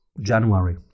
January